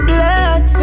Black